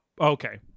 Okay